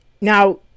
now